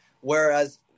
Whereas